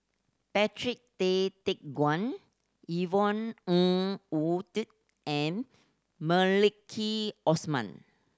Patrick Tay Teck Guan Yvonne Ng Uhde and Maliki Osman